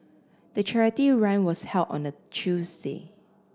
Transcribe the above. the charity run was held on a Tuesday